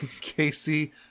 casey